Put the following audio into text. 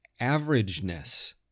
averageness